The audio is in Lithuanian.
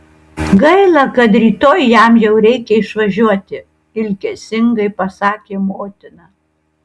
gaila kad rytoj jam jau reikia išvažiuoti ilgesingai pasakė motina